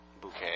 bouquet